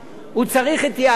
הוא צריך התייעצות